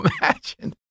imagine